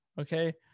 okay